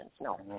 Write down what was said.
no